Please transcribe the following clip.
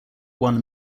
one